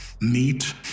meet